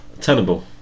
Tenable